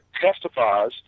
testifies